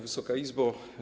Wysoka Izbo!